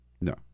No